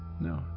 No